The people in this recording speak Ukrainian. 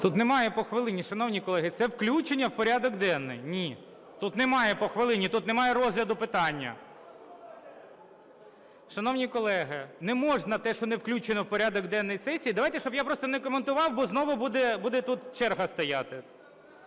Тут немає по хвилині, шановні колеги. Це включення в порядок денний. Ні, тут немає по хвилині, тут немає розгляду питання. Шановні колеги, не можна те, що не включено в порядок денний сесії, давайте, щоб я просто не коментував, бо знову буде тут черга стояти.